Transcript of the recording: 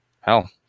hell